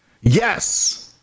yes